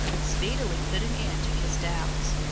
speedily put an end to his doubts.